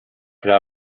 could